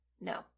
No